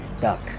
duck